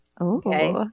Okay